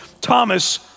Thomas